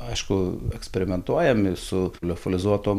aišku eksperimentuojam ir su liofilizuotom